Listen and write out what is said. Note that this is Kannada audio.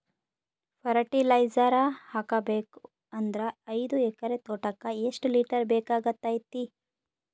ಫರಟಿಲೈಜರ ಹಾಕಬೇಕು ಅಂದ್ರ ಐದು ಎಕರೆ ತೋಟಕ ಎಷ್ಟ ಲೀಟರ್ ಬೇಕಾಗತೈತಿ?